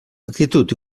actitud